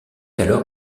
alors